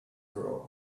were